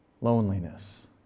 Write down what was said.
Loneliness